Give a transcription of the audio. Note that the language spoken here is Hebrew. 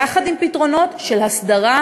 יחד עם פתרונות של הסדרה,